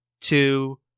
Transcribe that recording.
two